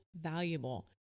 valuable